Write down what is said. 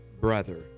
brother